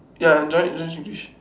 ya Johnny Johnny English